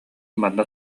манна